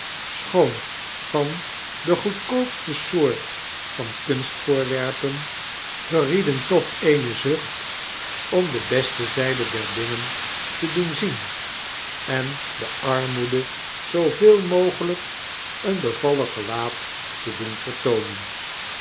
schoon van de goedkoopste soort van kunstvoorwerpen verrieden toch eene zucht om de beste zijde der dingen te doen zien en de armoede zooveel mogelyk een bevallig gelaat te doen vertoonen